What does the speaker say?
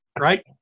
right